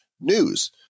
news